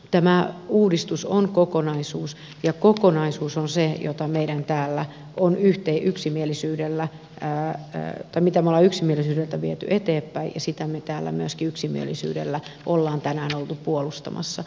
tämä uudistus on kokonaisuus ja kokonaisuus on se mitä me olemme täällä yksimielisyydellä vieneet eteenpäin ja sitä me täällä myöskin yksimielisyydellä olemme tänään olleet puolustamassa